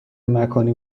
مکانی